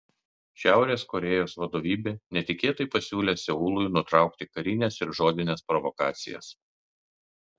šiaurės korėjos vadovybė netikėtai pasiūlė seului nutraukti karines ir žodines provokacijas